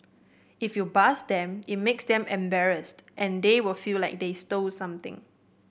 if you buzz them it makes them embarrassed and they will feel like they stole something